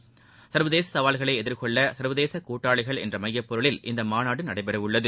சர்வதேச சவால்களை எதிர்கொள்ள சர்வதேச கூட்டாளிகள் என்ற மையப்பொருளில் இம்மாநாடு நடைபெறவுள்ளது